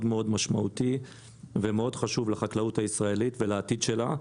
משמעותי וחשוב לחקלאות הישראל ולעתיד שלה.